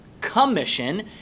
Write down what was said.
commission